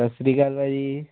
ਸਤਿ ਸ਼੍ਰੀ ਅਕਾਲ ਭਾਅ ਜੀ